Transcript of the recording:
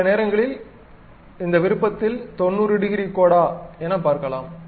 சில நேரங்களில் இந்த விருப்பத்தில் 90 டிகிரி கோடா என பார்க்கலாம்